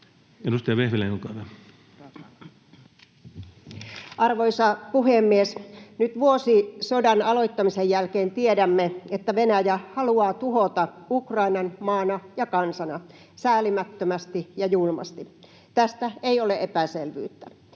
Edustaja Vehviläinen, olkaa hyvä. Arvoisa puhemies! Nyt vuosi sodan aloittamisen jälkeen tiedämme, että Venäjä haluaa tuhota Ukrainan maana ja kansana säälimättömästi ja julmasti. Tästä ei ole epäselvyyttä.